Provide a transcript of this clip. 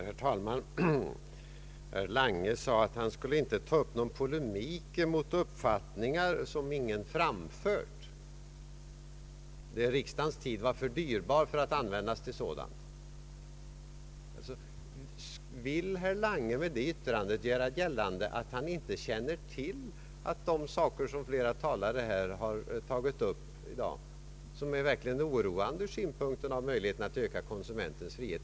Herr talman! Herr Lange sade att han inte skulle ta upp någon polemik mot uppfattningar som ingen hade framfört. Riksdagens tid var för dyrbar för att användas till sådant. Vill herr Lange med detta yttrande göra gällande att han inte känner till de saker som flera talare här har tagit upp i dag och som är verkligt oroande med tanke på möjligheten att öka konsumentens frihet?